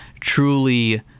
truly